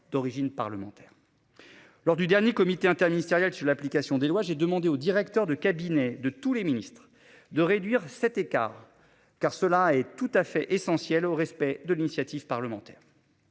d'origine parlementaire. Lors du dernier comité interministériel sur l'application des lois. J'ai demandé au directeur de cabinet de tous les ministres de réduire cet écart car cela est tout à fait essentiel au respect de l'initiative parlementaire.